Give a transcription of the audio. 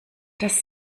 das